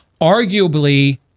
arguably